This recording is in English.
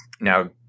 Now